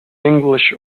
english